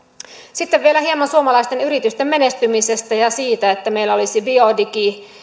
sitten vielä hieman suomalaisten yritysten menestymisestä ja siitä että meillä olisi bio digi